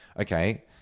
okay